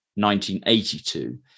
1982